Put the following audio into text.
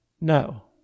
no